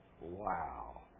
Wow